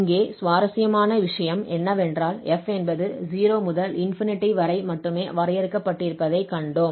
இங்கே சுவாரஸ்யமான விஷயம் என்னவென்றால் f என்பது 0 முதல் வரை மட்டுமே வரையறுக்கப்பட்டிருப்பதைக் கண்டோம்